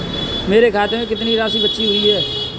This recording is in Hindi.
मेरे खाते में कितनी राशि बची हुई है?